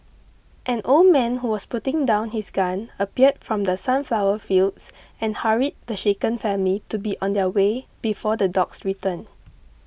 an old man who was putting down his gun appeared from the sunflower fields and hurried the shaken family to be on their way before the dogs return